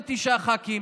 29 חברי כנסת,